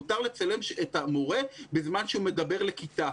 מותר לצלם את המורה בזמן שהוא מדבר לכיתה.